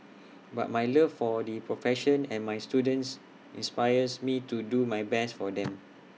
but my love for the profession and my students inspires me to do my best for them